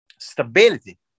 stability